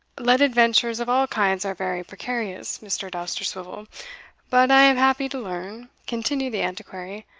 lead adventures of all kinds are very precarious, mr. dousterswivel but i am happy to learn, continued the antiquary,